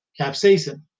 capsaicin